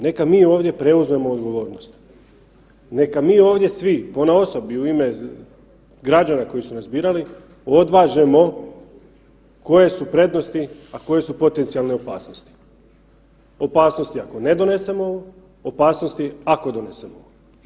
Neka mi ovdje preuzmemo odgovornost, neka mi ovdje svi ponaosob i u ime građana koji su nas birali odvažemo koje su prednosti, a koje su potencijalne opasnosti, opasnosti ako ne donesemo ovo, opasnosti ako donesemo ovo.